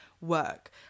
work